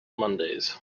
mondays